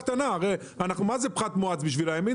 הרי, מה זה פחת מואץ בשבילם?